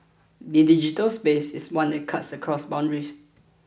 the digital space is one that cuts across boundaries